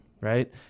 right